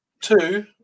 two